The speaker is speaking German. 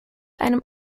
einem